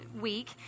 week